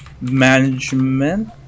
management